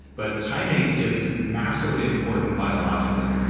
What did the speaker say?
but timing is massively important biologically.